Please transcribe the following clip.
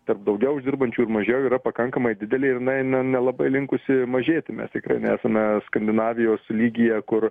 tarp daugiau uždirbančių mažiau yra pakankamai didelė ir na jinai nelabai linkusi mažėti mes tikrai nesame skandinavijos lygyje kur